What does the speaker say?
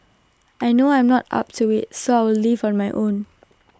I know I'm not up to IT so I'll leave on my own